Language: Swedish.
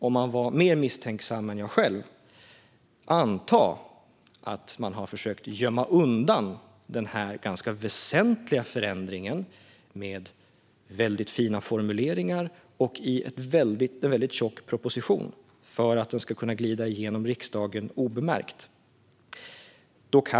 Om man var mer misstänksam än jag själv skulle man kunna anta att det har gjorts försök att gömma undan denna ganska väsentliga förändring med fina formuleringar i en tjock proposition för att den ska kunna glida genom riksdagen obemärkt.